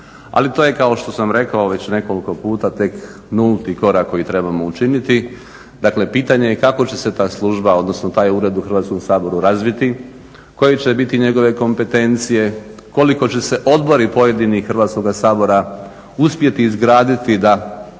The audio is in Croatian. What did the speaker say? Ali to je kao što sam rekao već nekoliko puta tek nulti korak koji trebamo učiniti. Dakle, pitanje je kako će se ta služba odnosno taj ured u Hrvatskom saboru razviti, koje će biti njegove kompetencije, koliko će se odbori pojedini Hrvatskoga sabora uspjeti izgraditi da